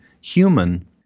human